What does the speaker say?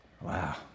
Wow